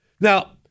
Now